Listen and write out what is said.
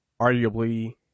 arguably